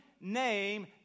name